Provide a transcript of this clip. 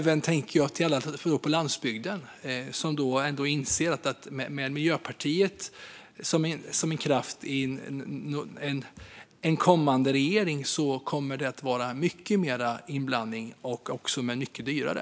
Vad säger ni till alla på landsbygden som inser att med Miljöpartiet som en kraft i en kommande regering kommer det att vara mycket mer inblandning och också mycket dyrare?